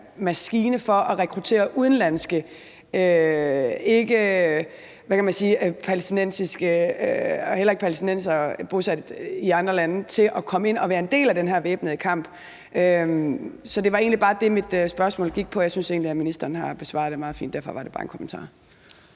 for at rekruttere udenlandske ikkepalæstinensere og heller ikke palæstinensere bosat i andre lande til at komme ind og være en del af den her væbnede kamp. Så det var egentlig bare det, mit spørgsmål gik på, og jeg synes, at ministeren har besvaret det meget fint. Derfor var det bare en kommentar.